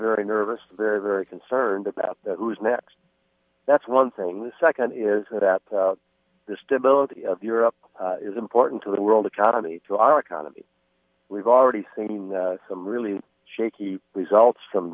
nervous very very concerned about the next that's one thing the second is that the stability of europe is important to the world economy to our economy we've already seen some really shaky results from